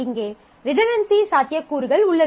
இங்கே ரிடன்டன்சி சாத்தியக்கூறுகள் உள்ளது